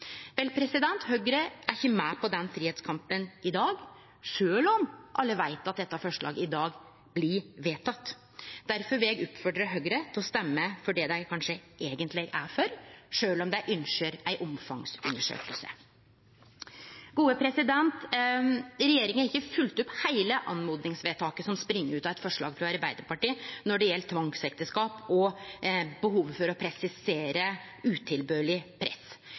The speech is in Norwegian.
Høgre er ikkje med på den fridomskampen i dag, sjølv om alle veit at dette forslaget i dag blir vedteke. Derfor vil eg oppmode Høgre til å stemme for det dei kanskje eigentleg er for, sjølv om dei ynskjer ei omfangsundersøking. Regjeringa har ikkje fylgt opp heile oppmodingsvedtaket som spring ut av eit forslag frå Arbeidarpartiet når det gjeld tvangsekteskap og behovet for å presisere «utilbørlig press».